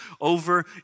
over